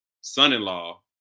son-in-law